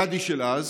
גדי של אז,